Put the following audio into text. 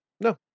no